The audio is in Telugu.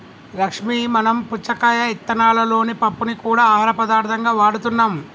లక్ష్మీ మనం పుచ్చకాయ ఇత్తనాలలోని పప్పుని గూడా ఆహార పదార్థంగా వాడుతున్నాం